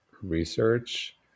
research